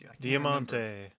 Diamante